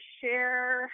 share